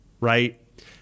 right